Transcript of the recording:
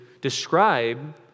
describe